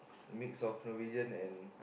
mixed of Persian and